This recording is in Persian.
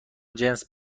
جنس